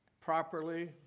properly